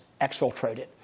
exfiltrated